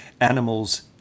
animals